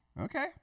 Okay